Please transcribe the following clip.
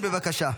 בבקשה.